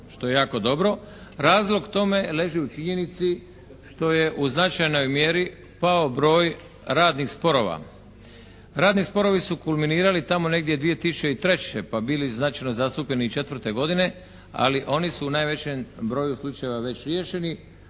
što je jako dobro. Razlog tome leži u činjenici što je u značajnoj mjeri pao broj radnih sporova. Radni sporovi su kulminirali tamo negdje 2003. pa bili značajno zastupljeni 2004. godine ali oni su u najvećem broju slučajeva već riješeni,